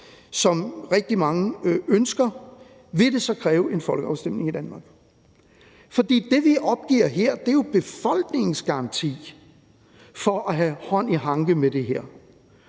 som rigtig mange ønsker, vil det så kræve en folkeafstemning i Danmark? For det, vi opgiver her, er jo befolkningens garanti for at have hånd i hanke med det her.